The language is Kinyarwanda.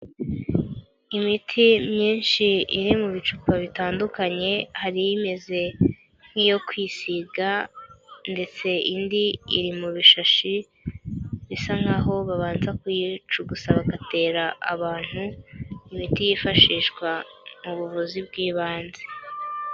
Imiti myinshi iri mu bicupa bitandukanye hari imeze nk'iyo kwisiga ndetse indi iri mu bishashi bisa nkaho babanza kuyicugusa bagatera abantu, imiti yifashishwa mu buvuzi bw'ibanze.